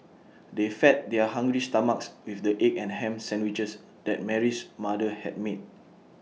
they fed their hungry stomachs with the egg and Ham Sandwiches that Mary's mother had made